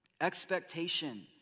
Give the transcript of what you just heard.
Expectation